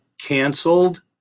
canceled